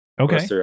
Okay